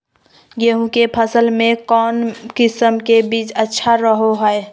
गेहूँ के फसल में कौन किसम के बीज अच्छा रहो हय?